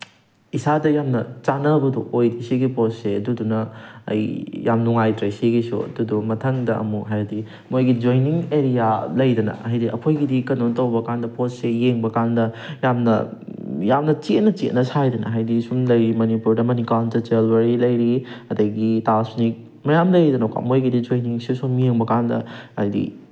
ꯏꯁꯥꯗ ꯌꯥꯝꯅ ꯆꯥꯅꯕꯗꯣ ꯑꯣꯏꯗꯦ ꯁꯤꯒꯤ ꯄꯣꯠꯁꯦ ꯑꯗꯨꯗꯨꯅ ꯑꯩ ꯌꯥꯝ ꯅꯨꯡꯉꯥꯏꯇ꯭ꯔꯦ ꯁꯤꯒꯤꯁꯨ ꯑꯗꯨꯗꯣ ꯃꯊꯪꯗ ꯑꯃꯨꯛ ꯍꯥꯏꯕꯗꯤ ꯃꯣꯏꯒꯤ ꯖꯣꯏꯟꯅꯤꯡ ꯑꯦꯔꯤꯌꯥ ꯂꯩꯗꯅ ꯍꯥꯏꯗꯤ ꯑꯩꯈꯣꯏꯒꯤꯗꯤ ꯀꯩꯅꯣ ꯇꯧꯕ ꯀꯥꯟꯗ ꯄꯣꯠꯁꯤ ꯌꯦꯡꯕꯀꯥꯟꯗ ꯌꯥꯝꯅ ꯌꯥꯝꯅ ꯆꯦꯠꯅ ꯆꯦꯠꯅ ꯁꯥꯏꯗꯅ ꯍꯥꯏꯗꯤ ꯁꯨꯝ ꯂꯩ ꯃꯅꯤꯄꯨꯔꯗ ꯃꯅꯤꯀꯥꯟꯇ ꯖ꯭ꯋꯦꯂꯔꯤ ꯂꯩꯔꯤ ꯑꯗꯒꯤ ꯇꯥꯖꯅꯤꯛ ꯃꯌꯥꯝ ꯂꯩꯔꯤꯗꯅꯀꯣ ꯃꯣꯏꯒꯤꯗꯤ ꯖꯣꯏꯟꯅꯤꯡꯁꯤ ꯁꯨꯝ ꯌꯦꯡꯕꯀꯥꯟꯗ ꯍꯥꯏꯗꯤ